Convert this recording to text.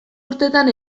urteetan